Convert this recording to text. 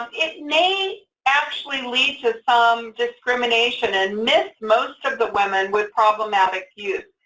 it may actually lead to some discrimination and miss most of the women with problematic use.